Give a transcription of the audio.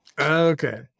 Okay